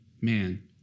man